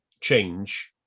change